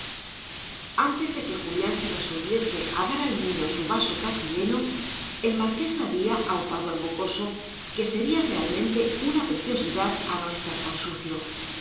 antes de que julián se resolviese a dar al niño su vaso casi lleno el marqués había aupado al mocoso que sería realmente una preciosidad a no estar tan sucio